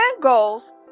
goals